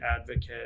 advocate